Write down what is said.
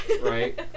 right